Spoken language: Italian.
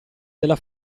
della